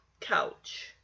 couch